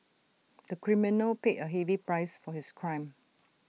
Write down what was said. the criminal paid A heavy price for his crime